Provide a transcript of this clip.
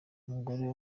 umugore